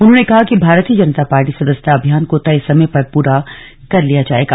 उन्होंने कहा कि भारतीय जनता पार्टी सदस्यता अभियान को तय समय पर पूरा कर लेगी